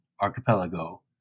Archipelago